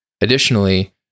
Additionally